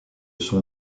sont